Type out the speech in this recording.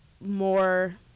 more